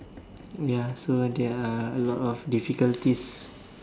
ya so there are a lot of difficulties